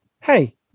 hey